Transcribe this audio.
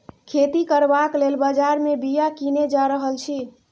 खेती करबाक लेल बजार मे बीया कीने जा रहल छी